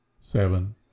seven